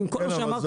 מכל מה שאמרתם.